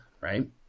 right